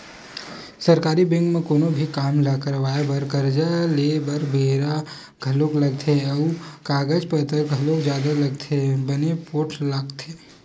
सरकारी बेंक म कोनो भी काम ल करवाय बर, करजा लेय बर बेरा घलोक लगथे अउ कागज पतर घलोक जादा लगथे बने पोठ लगथे